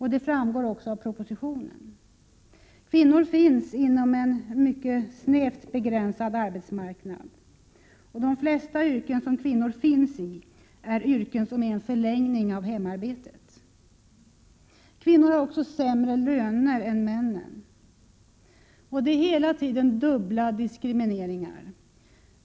Det framgår också av propositionen. Kvinnor finns inom en mycket snävt begränsad arbetsmarknad. De flesta yrken som kvinnor finns i är yrken som är en förlängning av hemarbetet. Kvinnor har också sämre löner än männen. Det är hela tiden dubbla diskrimineringar.